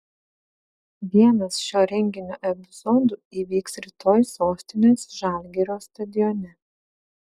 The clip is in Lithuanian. vienas šio renginio epizodų įvyks rytoj sostinės žalgirio stadione